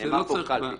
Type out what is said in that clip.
נאמר פה "קלפי".